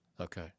Okay